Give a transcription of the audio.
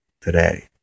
today